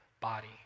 body